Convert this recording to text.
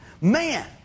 Man